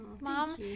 Mom